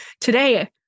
today